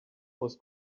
was